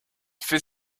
fait